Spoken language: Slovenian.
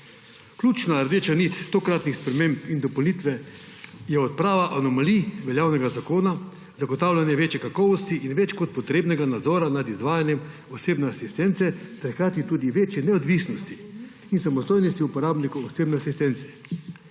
Ključna rdeča nit tokratnih sprememb in dopolnitev je odprava anomalij veljavnega zakona, zagotavljanje večje kakovosti in več kot potrebnega nadzora nad izvajanjem osebne asistence ter hkrati tudi večje neodvisnosti in samostojnosti uporabnikov osebne asistence.